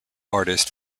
artist